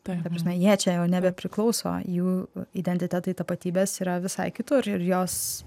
taip ta prasme jie čia jau nebepriklauso jų identitetai tapatybės yra visai kitur ir jos